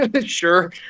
sure